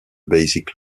basic